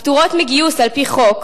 הפטורות מגיוס על-פי חוק,